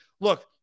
look